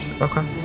Okay